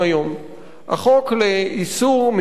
החוק לאיסור מימון טרור,